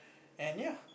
and ya